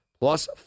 plus